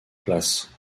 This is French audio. places